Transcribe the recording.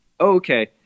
Okay